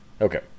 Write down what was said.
Okay